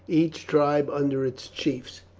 each tribe under its chiefs.